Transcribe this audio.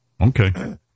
Okay